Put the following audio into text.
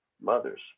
mothers